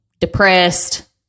depressed